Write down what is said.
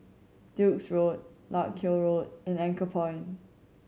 Duke's Road Larkhill Road and Anchorpoint